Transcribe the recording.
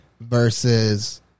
versus